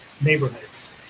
neighborhoods